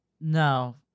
No